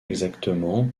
exactement